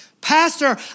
Pastor